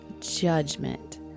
judgment